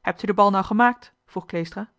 hebt u de bal nou gemaakt vroeg kleestra